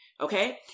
Okay